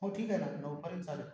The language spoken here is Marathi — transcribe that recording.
हो ठीक आहे ना नऊपर्यंत चालेल